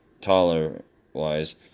taller-wise